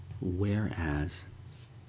Whereas